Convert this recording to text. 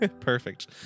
Perfect